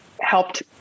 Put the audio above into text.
helped